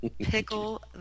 Pickle